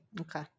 Okay